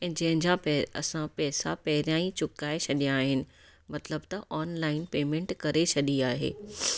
ऐं जंहिंजा पै असां पैसा पहिरियां ई चुकाए छॾिया आहिनि मतिलब त ऑनलाइन पेमेंट करे छॾी आहे